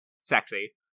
Sexy